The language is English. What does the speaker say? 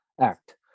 Act